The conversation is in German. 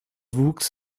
wuchs